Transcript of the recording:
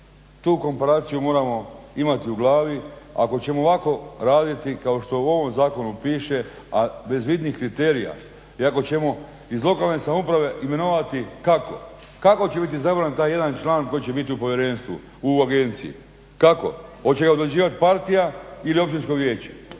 Tu komparaciju moramo imati u glavi. Ako ćemo ovako raditi kao što u ovom zakonu piše, a bez vidnih kriterija i ako ćemo iz lokalne samouprave imenovati kako, kako će biti izabran taj jedan član koji će biti u povjerenstvu, u agenciji. Kako? Hoće ga određivat partija ili općinsko vijeće?